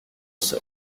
sol